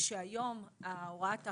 היום אנחנו משלימים את הצעת